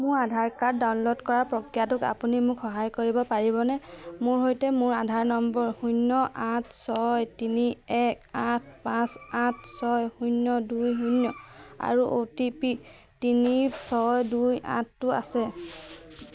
মোৰ Aadhaar card download কৰাৰ প্ৰক্ৰিয়াটোত আপুনি মোক সহায় কৰিব পাৰিবনে মোৰ সৈতে মোৰ আধাৰ নম্বৰ শূন্য আঠ ছয় তিনি এক আঠ পাঁচ আঠ ছয় শূন্য দুই শূন্য আৰু অ' টি পি তিনি ছয় দুই আঠটো আছে